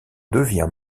devient